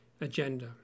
agenda